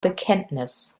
bekenntnis